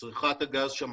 שצריכת הגז שם,